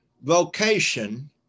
vocation